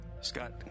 Scott